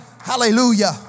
Hallelujah